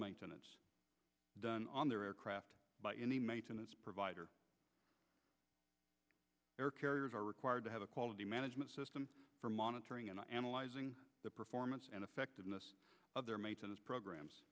maintenance done on their aircraft by any maintenance provider air carriers are required to have a quality management system for monitoring and analyzing the performance and effectiveness of their maintenance programs